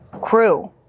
crew